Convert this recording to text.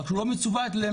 רק שהוא לא מצוות למטופל,